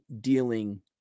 dealing